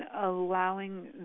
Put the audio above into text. allowing